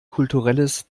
kulturelles